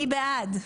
מי בעד?